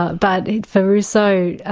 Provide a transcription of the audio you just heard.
ah but for rousseau,